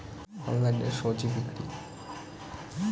অনলাইনে স্বজি বিক্রি?